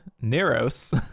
Neros